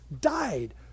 died